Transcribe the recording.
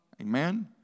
Amen